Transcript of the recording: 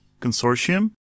consortium